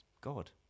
God